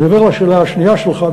אני עובר לשאלה השנייה שלך,